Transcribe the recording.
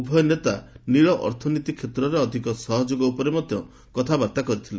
ଉଭୟ ନେତା ନୀଳ ଅର୍ଥନୀତି କ୍ଷେତ୍ରରେ ଅଧିକ ସହଯୋଗ ଉପରେ ମଧ୍ୟ କଥାବାର୍ତ୍ତା କରିଥିଲେ